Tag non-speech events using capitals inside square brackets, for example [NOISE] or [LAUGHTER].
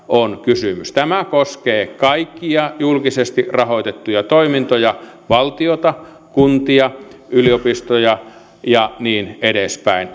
on kysymys tämä koskee kaikkia julkisesti rahoitettuja toimintoja valtiota kuntia yliopistoja ja niin edespäin [UNINTELLIGIBLE]